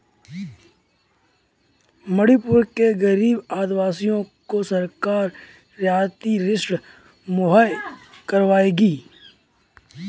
मणिपुर के गरीब आदिवासियों को सरकार रियायती ऋण मुहैया करवाएगी